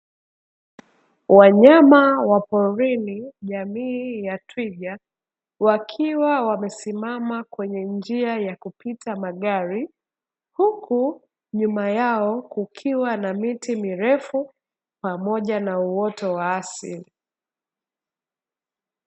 Wanyama wa porini jamii ya twiga, wakiwa wamesimama kwenye njia ya kupita magari, huku nyuma yao kukiwa na miti mirefu pamoja na uoto wa asili.